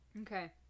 Okay